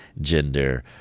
gender